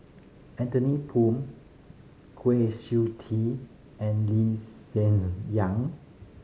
Anthony Poon Kwa Siew Tee and Lee Hsien Yang